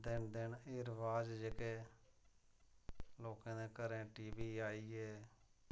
दिन दिन एह् रवाज़ जेह्के लोकें दे घरें टी वी आई गे